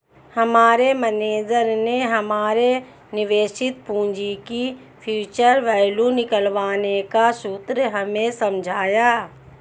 हमारे मेनेजर ने हमारे निवेशित पूंजी की फ्यूचर वैल्यू निकालने का सूत्र हमें समझाया